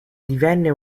divenne